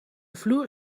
vloer